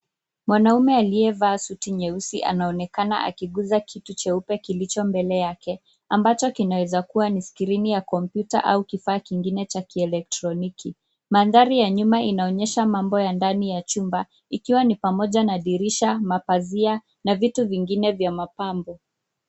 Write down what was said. Mwanaume aliyevaaa suti nyeusi anaonekana akiguza kitu cheupe kilicho mbele yake ambacho kinaweza kuwa ni skrini ya kompyuta au kifaa kingine cha kielektroniki. Mandhari ya nyuma inaonyesha mambo ya ndani ya chumba ikiwa ni pamoja dirisha, mapazia na vitu vingine vya mapambo.